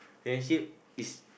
Malaysia is